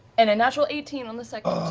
and a natural eighteen on the second.